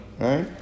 right